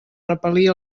repel·lir